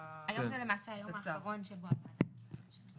היום זה למעשה היום האחרון שבו הוועדה יכולה לאשר.